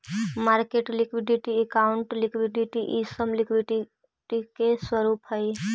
market liquidity, accounting liquidity इ सब liquidity के स्वरूप हई